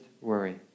worry